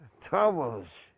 troubles